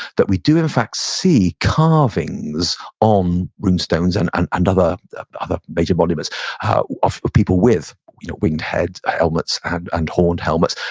that we do in fact see carvings on rune stones and and and other other major monuments of of people with you know winged ah helmets and and horned helmets.